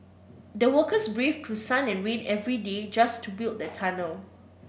the workers braved through sun and rain every day just to build the tunnel